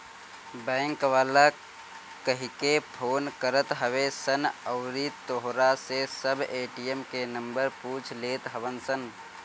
bank वाला कहिके phone करत हवे सन अउरी तोहरा से सब ए.टी.एम के नंबर पूछ लेत हवन सन